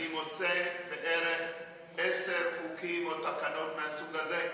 אני מוצא בערך עשרה חוקים או תקנות מהסוג הזה.